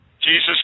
Jesus